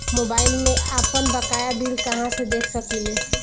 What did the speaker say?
Mobile में आपनबकाया bill कहाँसे देख सकिले?